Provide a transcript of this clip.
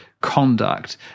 conduct